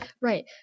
right